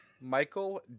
Michael